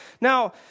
Now